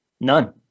None